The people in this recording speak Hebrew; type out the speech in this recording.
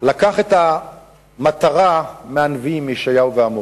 לקח את המטרה מהנביאים ישעיהו ועמוס.